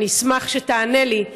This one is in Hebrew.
ואני אשמח שתענה לי,